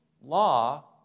law